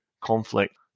conflict